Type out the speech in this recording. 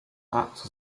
acts